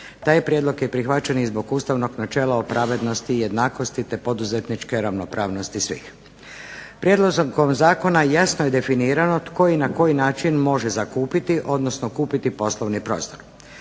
Taj prijedlog je prihvaćen i zbog ustavnog načela o pravednosti i jednakosti te poduzetničke ravnopravnosti svih. Prijedlogom zakona jasno je definirano tko i na koji način može zakupiti, odnosno kupiti poslovni prostor.